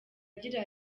agira